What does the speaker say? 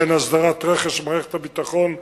וכן הסדרת רכש מערכת הביטחון מהחברה,